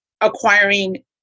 acquiring